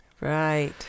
Right